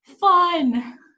Fun